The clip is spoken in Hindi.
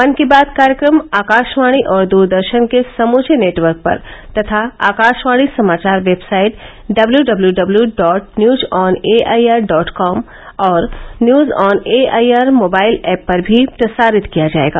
मन की बात कार्यक्रम आकाशवाणी और द्रदर्शन के समूचे नेटवर्क पर तथा अकाशवाणी समाचार website W W W dot news on AIR dot com और news on AIR mobile app पर भी प्रसारित किया जाएगा